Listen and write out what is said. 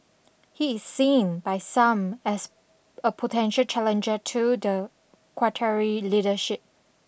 he is seen by some as a potential challenger to the Qwatari leadership